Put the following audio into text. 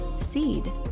seed